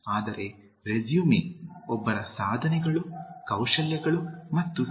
ಆದರೆ ರೆಸ್ಯುಮೇ ಒಬ್ಬರ ಸಾಧನೆಗಳು ಕೌಶಲ್ಯಗಳು ಮತ್ತು ಸಿ